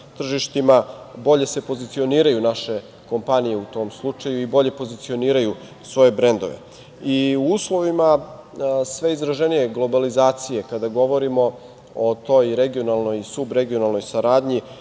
bolje se pozicioniraju naše kompanije u tom slučaju i bolje pozicioniraju svoje brendove. U uslovima sve izraženije globalizacije, kada govorimo o toj regionalnoj i subregionalnoj saradnji,